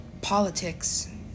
politics